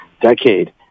decade